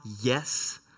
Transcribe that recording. Yes